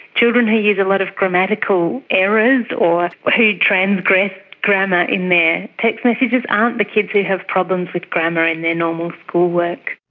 children who use a lot of grammatical errors or who transgress grammar in their text messages aren't the kids who have problems with grammar in their normal schoolwork.